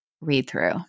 read-through